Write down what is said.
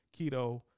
keto